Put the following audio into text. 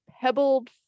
pebbled